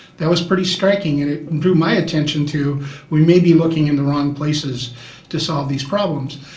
that was pretty striking and it drew my attention to we may be looking in the wrong places to solve these problems.